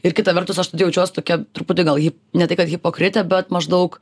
ir kita vertus aš tada jaučiuos tokia truputį gal hip ne tai kad hipokritė bet maždaug